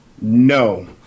No